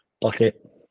Bucket